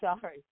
sorry